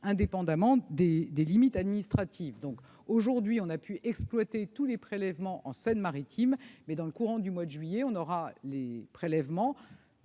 indépendamment des limites administratives. Aujourd'hui, nous avons pu exploiter tous les prélèvements de Seine-Maritime ; dans le courant du mois de juillet, nous disposerons des prélèvements